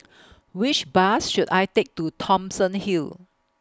Which Bus should I Take to Thomson Hill